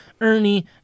Ernie